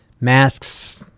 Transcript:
masks